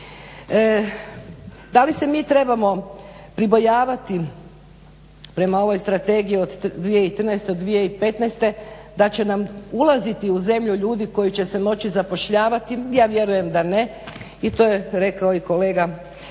Da li se mi trebamo pribojavati prema ovoj strategiji od 2013.do 2015.da će nam ulaziti ljudi u zemlju koji će se moći zapošljavati? Ja vjerujem da ne i to je rekao i kolega Stier